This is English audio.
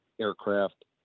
aircraft